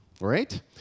right